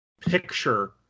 picture